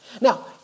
Now